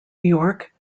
york